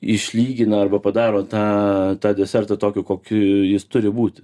išlygina arba padaro tą tą desertą tokiu kokiu jis turi būti